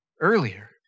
earlier